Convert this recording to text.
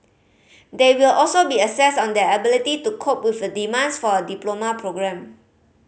they will also be assessed on their ability to cope with the demands for a diploma programme